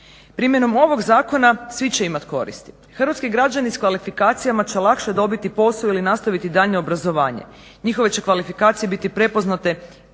Primjenom ovog zakona svi će imati koristi. Hrvatski građani s kvalifikacijama će lakše dobiti posao ili nastaviti daljnje obrazovanje. Njihove će kvalifikacije biti prepoznate